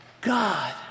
God